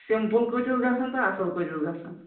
simple کۭتِس گژھان تہٕ اَصٕل کۭتِس گژھان